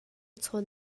chawn